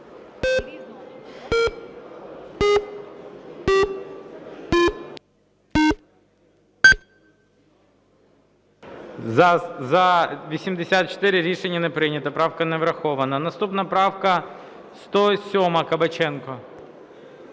За-84 Рішення не прийнято. Правка не врахована. Наступна правка 107, Кабаченка.